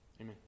Amen